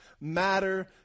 matter